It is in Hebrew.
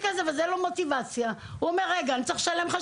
כסף אז אין לו מטיבציה והוא אומר לעצמו "רגע,